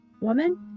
Woman